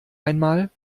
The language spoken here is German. einmal